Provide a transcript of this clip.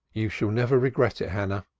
you shall never regret it, hannah,